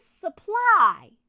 supply